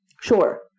Sure